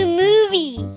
movie